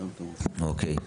אוקיי.